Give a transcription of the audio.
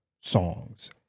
songs